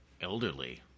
Elderly